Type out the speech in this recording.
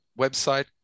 website